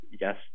yes